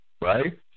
right